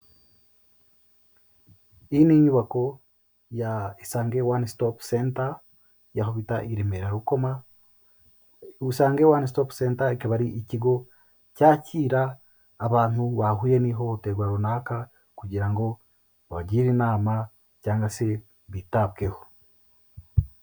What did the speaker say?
Iyi ni inyubako ya Isange one stop center y'aho bita i Remera Rukoma. Isange one stop centar ikaba ari ikigo cyakira abantu bahuye n'ihohoterwa runaka, kugira ngo babagire inama cyangwa se bitabweho.